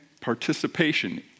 participation